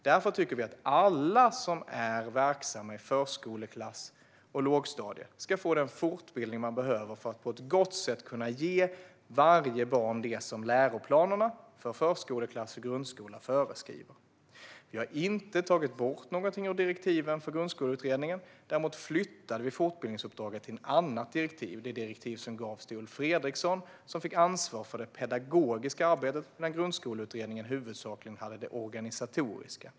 Vi tycker därför att alla som är verksamma i förskoleklass och lågstadiet ska få den fortbildning som de behöver för att på ett gott sätt kunna ge varje barn det som läroplanerna för förskoleklass och grundskola föreskriver. Vi har inte tagit bort något från direktivet till Grundskoleutredningen. Däremot flyttade vi fortbildningsuppdraget till ett annat direktiv. Det var det direktiv som gavs till Ulf Fredriksson, som fick ansvar för det pedagogiska arbetet, medan Grundskoleutredningen huvudsakligen hade hand om det organisatoriska.